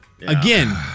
Again